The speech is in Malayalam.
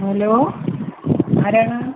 ഹലോ ആരാണ്